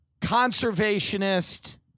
conservationist